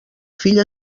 fill